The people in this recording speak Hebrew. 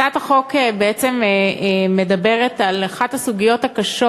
הצעת החוק בעצם מדברת על אחת הסוגיות הקשות